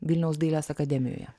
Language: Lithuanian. vilniaus dailės akademijoje